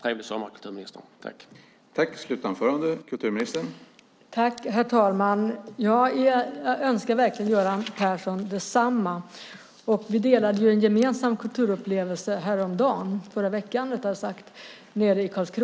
Jag önskar kulturministern en trevlig sommar!